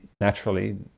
naturally